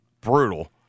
brutal